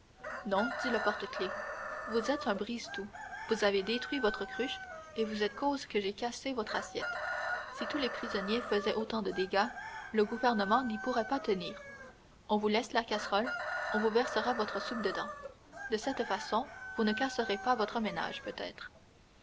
non dit le porte-clefs vous êtes un brise tout vous avez détruit votre cruche et vous êtes cause que j'ai cassé votre assiette si tous les prisonniers faisaient autant de dégâts le gouvernement n'y pourrait pas tenir on vous laisse la casserole on vous versera votre soupe dedans de cette façon vous ne casserez pas votre ménage peut-être